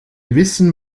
wissen